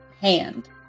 Hand